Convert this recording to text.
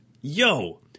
yo